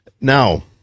Now